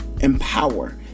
empower